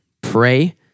pray